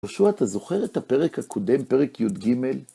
יהושוע, אתה זוכר את הפרק הקודם, פרק יג',